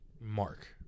Mark